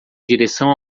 direção